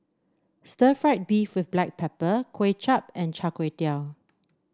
Stir Fried Beef with Black Pepper Kuay Chap and Char Kway Teow